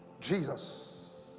Jesus